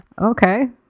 okay